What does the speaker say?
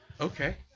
Okay